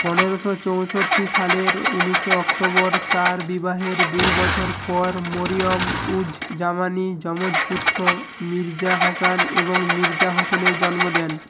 পনেরোশো চৌষট্টি সালের উনিশে অক্টোবর তার বিবাহের দুই বছর পর মরিয়ম উজ জামানি যমজ পুত্র মির্জা হাসান এবং মির্জা হোসেনের জন্ম দেন